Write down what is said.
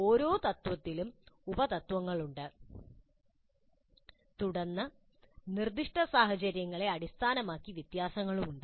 ഓരോ തത്ത്വത്തിലും ഉപതത്ത്വങ്ങളുണ്ട് തുടർന്ന് നിർദ്ദിഷ്ട സാഹചര്യങ്ങളെ അടിസ്ഥാനമാക്കി വ്യത്യാസങ്ങളുണ്ട്